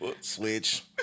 Switch